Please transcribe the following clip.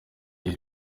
ibi